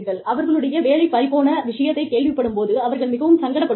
அவர்களுடைய வேலை பறிபோன விஷயத்தைக் கேள்விப்படும் போது அவர்கள் மிகவும் சங்கடப்படுவார்கள்